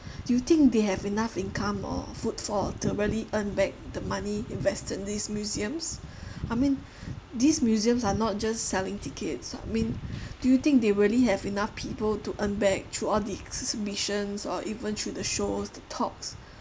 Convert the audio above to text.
do you think they have enough income or footfall to really earn back the money invested in these museums I mean these museums are not just selling tickets I mean do you think they really have enough people to earn back throughout the exhibitions or even through the shows the talks